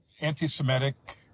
anti-Semitic